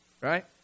Right